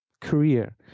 career